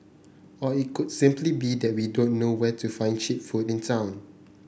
or it could simply be that we don't know where to find cheap food in town